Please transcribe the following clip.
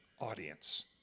audience